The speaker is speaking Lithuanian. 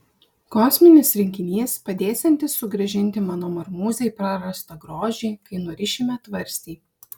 kosminis rinkinys padėsiantis sugrąžinti mano marmūzei prarastą grožį kai nurišime tvarstį